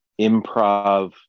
improv